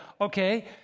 Okay